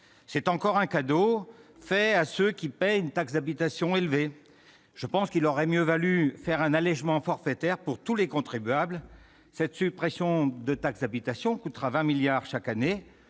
C'est encore un cadeau fait à ceux qui paient une taxe d'habitation élevée ! Il aurait mieux valu prévoir un allégement forfaitaire pour tous les contribuables. La suppression de la taxe d'habitation coûtera 20 milliards d'euros chaque année.